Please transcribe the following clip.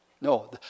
No